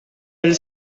elle